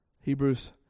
Hebrews